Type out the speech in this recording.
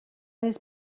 نیز